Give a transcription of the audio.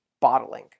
Bottling